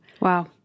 Wow